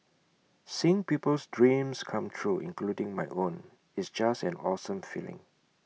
seeing people's dreams come true including my own it's just an awesome feeling